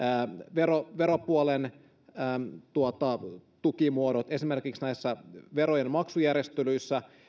veropuolen tukimuodot esimerkiksi näissä verojen maksujärjestelyissä